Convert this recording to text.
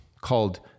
called